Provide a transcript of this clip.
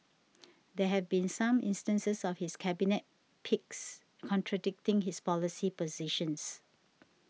there have been some instances of his Cabinet picks contradicting his policy positions